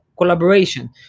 collaboration